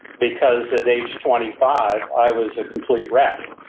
because at age twenty five i was a complete wreck,